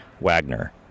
Wagner